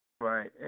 Right